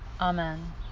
Amen